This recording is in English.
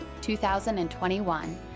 2021